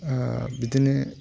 बिदिनो